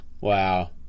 Wow